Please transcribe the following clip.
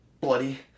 bloody